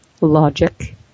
logic